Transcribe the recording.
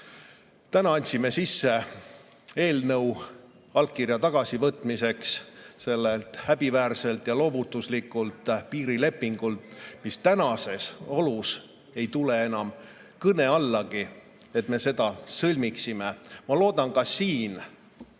eest. Täna andsime sisse eelnõu allkirja tagasivõtmiseks häbiväärselt ja loovutuslikult piirilepingult. Tänastes oludes ei tule enam kõne allagi, et me selle sõlmiksime. Ma loodan ka siin